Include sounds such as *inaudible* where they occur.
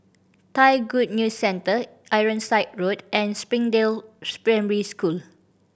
Thai Good News Centre Ironside Road and Springdale *unintelligible* School